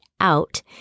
Out